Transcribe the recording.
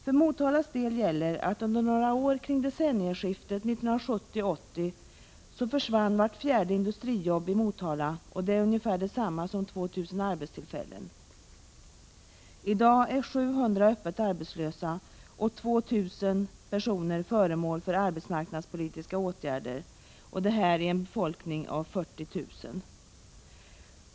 För Motalas del gäller att under några år kring decennieskiftet 1979-1980 försvann vart fjärde industrijobb, vilket är detsamma som 2 000 arbetstillfällen. I dag är 700 personer öppet arbetslösa och 2 000 föremål för arbetsmarknadspolitiska åtgärder, detta i en befolkning av 40 000.